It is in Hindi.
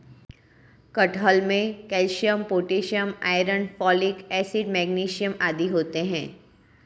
कटहल में calcium potassium iron folic acid magnesium आदि होते हैं